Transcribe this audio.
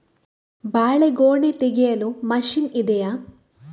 ಬಾಳೆಗೊನೆ ತೆಗೆಯಲು ಮಷೀನ್ ಇದೆಯಾ?